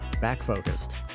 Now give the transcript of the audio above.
back-focused